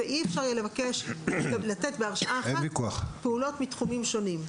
-- ואי אפשר יהיה לתת בהרשאה אחת פעולות מתחומים שונים.